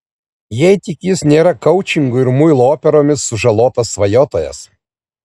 jei tik jis nėra koučingu ir muilo operomis sužalotas svajotojas